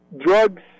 drugs